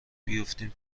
بیفتیم